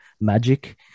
magic